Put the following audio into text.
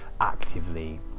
actively